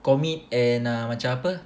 commit and ah macam apa